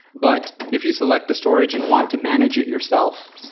but if you select a storage and want to manage it yourself,